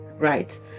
right